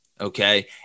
okay